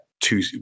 two